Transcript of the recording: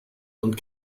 und